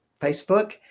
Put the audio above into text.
Facebook